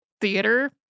Theater